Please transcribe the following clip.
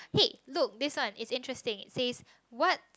hey look this one is interesting says what